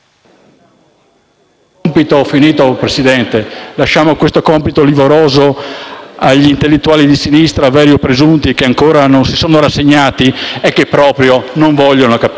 milioni di cittadini. Lasciamo questo compito livoroso agli intellettuali di sinistra, veri o presunti, che ancora non si sono rassegnati e che proprio non vogliono capire.